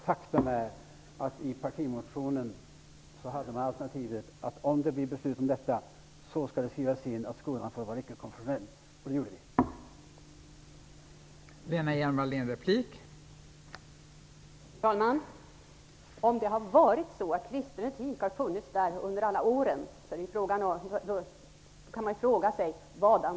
Faktum är att socialdemokraterna hade ett alternativ i partimotionen som gick ut på att det skulle skrivas in i läroplanen att skolan skall vara ickekonfessionell. Det gjorde vi.